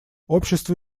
общество